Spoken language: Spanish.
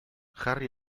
harry